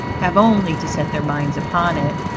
have only to set their minds upon it,